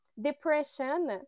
depression